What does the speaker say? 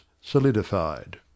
solidified